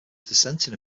dissenting